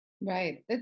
right